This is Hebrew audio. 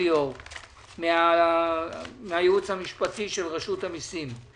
אור מהייעוץ המשפטי של רשות המיסים.